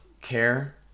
care